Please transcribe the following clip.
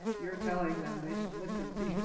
you're telling them they should listen to